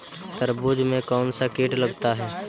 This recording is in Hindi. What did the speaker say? तरबूज में कौनसा कीट लगता है?